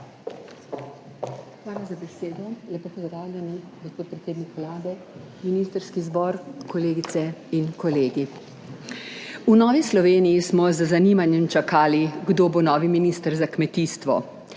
Hvala za besedo. Lepo pozdravljeni, gospod predsednik Vlade, ministrski zbor, kolegice in kolegi! V Novi Sloveniji smo z zanimanjem čakali kdo bo novi minister za kmetijstvo.